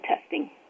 testing